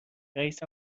رییس